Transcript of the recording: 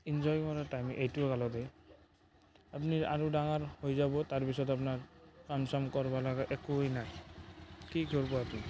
enjoy কৰা time এইটো কালতে আপনি আৰু ডাঙৰ হৈ যাব তাৰপিছত আপনাৰ কাম চাম কৰিব লাগা একোৱেই নাই কি কৰিব আপনি